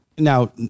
Now